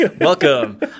Welcome